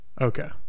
Okay